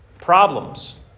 problems